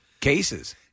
cases